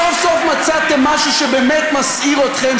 סוף-סוף מצאתם משהו שבאמת מסעיר אתכם,